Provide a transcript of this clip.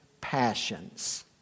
passions